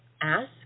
Ask